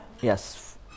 Yes